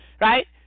right